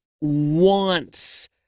wants